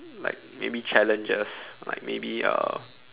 like maybe challenges like maybe uh